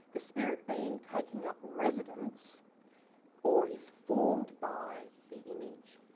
the spirit being taking up residence or is formed by the image.